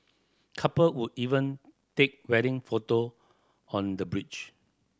couple would even take wedding photo on the bridge